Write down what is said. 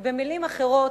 היא במלים אחרות